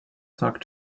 talk